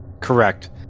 Correct